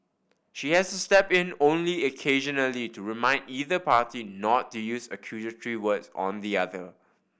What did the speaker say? she has to step in only occasionally to remind either party not to use accusatory words on the other